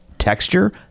Texture